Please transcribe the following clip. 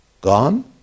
gone